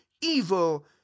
evil